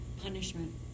Punishment